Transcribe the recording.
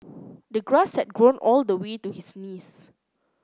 the grass had grown all the way to his knees